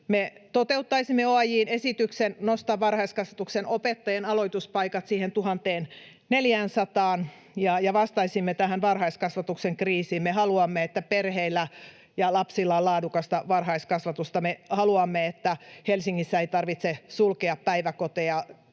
Me toteuttaisimme OAJ:n esityksen nostaa varhaiskasvatuksen opettajien aloituspaikat siihen 1 400:aan ja vastaisimme tähän varhaiskasvatuksen kriisiin. Me haluamme, että perheillä ja lapsilla on laadukasta varhaiskasvatusta. Me haluamme, että Helsingissä ei tarvitse sulkea päiväkoteja